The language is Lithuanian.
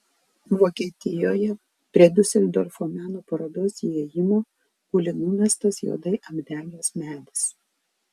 vokietijoje prie diuseldorfo meno parodos įėjimo guli numestas juodai apdegęs medis